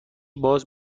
باز